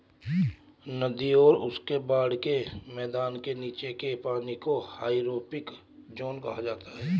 नदी और उसके बाढ़ के मैदान के नीचे के पानी को हाइपोरिक ज़ोन कहा जाता है